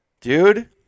Dude